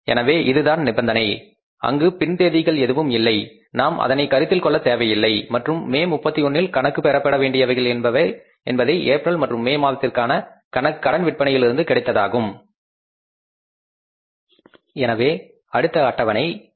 எனவே இதுதான் நிபந்தனை அங்கு பின் தேதிகள் எதுவும் இல்லை நாம் அதனை கருத்தில் கொள்ளத் தேவையில்லை மற்றும் மே 31 இல் அக்கவுண்ட்ஸ் ரிஸீவப்பில் என்பதை ஏப்ரல் மற்றும் மே மாதத்திற்கான கடன் விற்பனையில் இருந்து கிடைப்பதாகும் நாம் இப்பொழுது விற்பனைக்கான தொகையை வசூல் செய்ய வேண்டும் எனவே நாம் அடுத்த அட்டவணையை தயாரிக்க போகின்றோம் மற்றும் அடுத்த அட்டவணையானது சேல்ஸ் கலெக்ஷன் பட்ஜெட் ஆகும்